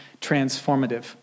transformative